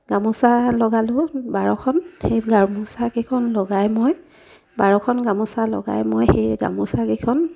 গামোচা লগালোঁ বাৰখন সেই গামোচাকেইখন লগাই মই বাৰখন গামোচা লগাই মই সেই গামোচাকেইখন